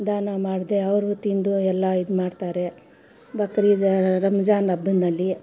ದಾನ ಮಾಡದೆ ಅವರು ತಿಂದು ಎಲ್ಲ ಇದುಮಾಡ್ತಾರೆ ಬಕ್ರೀದ್ ರಂಜಾನ್ ಅಬ್ಬಂನಲ್ಲಿ